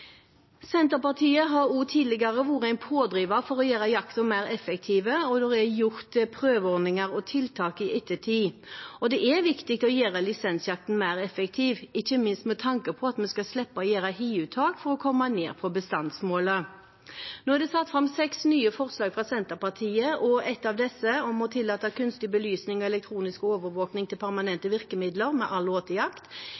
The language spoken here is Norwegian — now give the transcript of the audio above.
Senterpartiet har også tidligere vært en pådriver for å gjøre jakten mer effektiv, og det er gjort prøveordninger og tiltak i ettertid. Det er viktig å gjøre lisensjakten mer effektiv, ikke minst med tanke på at vi skal slippe å gjøre hiuttak for å komme ned på bestandsmålet. Nå er det satt fram seks nye forslag fra Senterpartiet, og ett av disse, om å tillate kunstig belysning og elektronisk overvåkning